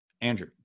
Andrew